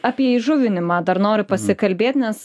apie įžuvinimą dar noriu pasikalbėt nes